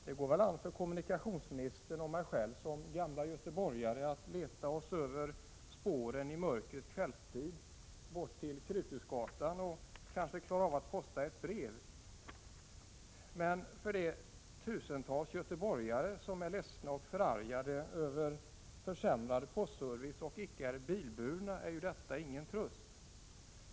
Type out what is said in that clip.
Det går väl an för kommunikationsministern och mig själv som gamla göteborgare att leta oss över spåren i mörkret i kvällstid bort till Kruthusgatan och kanske klara av att posta ett brev, men för de tusentals göteborgare som är ledsna och arga över försämrad postservice och inte är bilburna är ju detta ingen tröst.